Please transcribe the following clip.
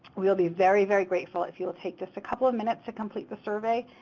we'll be very, very grateful if you will take just a couple of minutes to complete the survey,